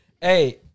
Hey